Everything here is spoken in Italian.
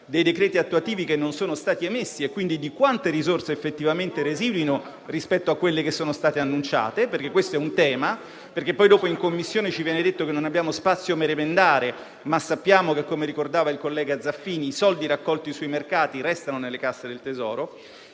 dei decreti attuativi che non sono stati emessi e quindi di quante risorse effettivamente residuino rispetto a quelle che sono state annunciate. Questo è un tema, perché poi dopo in Commissione ci viene detto che non abbiamo spazio per emendare, ma sappiamo che, come ricordava il collega Zaffini, i soldi raccolti sui mercati restano nelle casse del Tesoro.